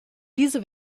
diese